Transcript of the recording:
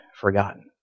forgotten